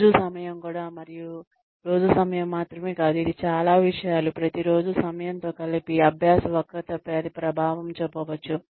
రోజు సమయం కూడా మరియు రోజు సమయం మాత్రమే కాదు ఇది చాలా విషయాలు ప్రతిరోజు సమయంతో కలిపి అభ్యాస వక్రతపై అది ప్రభావం చూపవచ్చు